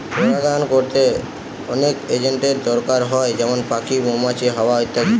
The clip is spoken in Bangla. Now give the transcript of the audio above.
পরাগায়ন কোরতে অনেক এজেন্টের দোরকার হয় যেমন পাখি, মৌমাছি, হাওয়া ইত্যাদি